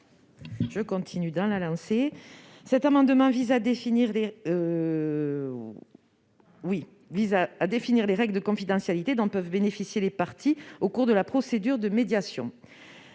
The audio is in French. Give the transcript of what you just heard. est à Mme Maryse Carrère. Cet amendement vise à définir les règles de confidentialité dont peuvent bénéficier les parties au cours de la procédure de médiation.